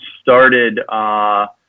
started